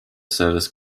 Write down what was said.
service